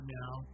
now